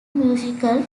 musical